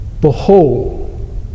Behold